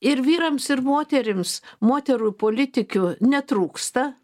ir vyrams ir moterims moterų politikių netrūksta